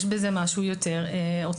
יש בזה משהו יותר אוטומטי,